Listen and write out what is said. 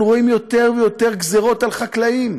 אנחנו רואים יותר ויותר גזרות על חקלאים,